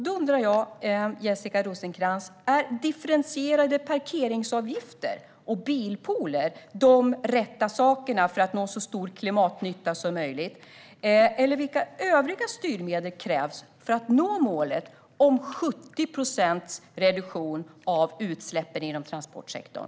Då undrar jag, Jessica Rosencrantz: Är differentierade parkeringsavgifter och bilpooler de rätta sakerna för att nå så stor klimatnytta som möjligt? Eller vilka övriga styrmedel krävs för att nå målet om 70 procents reduktion av utsläppen inom transportsektorn?